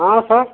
हाँ सर